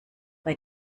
bei